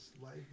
life